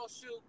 shoot